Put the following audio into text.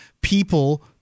people